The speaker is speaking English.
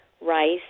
rice